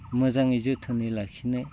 मोजाङै जोथोनै लाखिनो